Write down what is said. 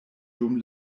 dum